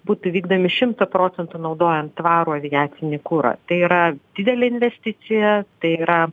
būtų vykdomi šimtą procentų naudojant tvarų aviacinį kurą tai yra didelė investicija tai yra